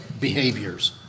behaviors